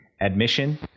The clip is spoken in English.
admission